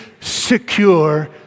secure